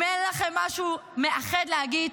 אם אין לכם משהו מאחד להגיד,